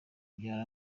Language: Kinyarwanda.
byari